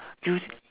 you